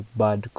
bad